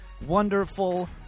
wonderful